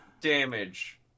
damage